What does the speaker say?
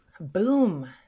Boom